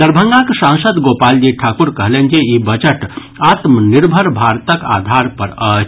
दरभंगाक सांसद गोपालजी ठाकुर कहलनि जे ई बजट आत्मनिर्भर भारतक आधार पर अछि